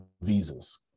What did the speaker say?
visas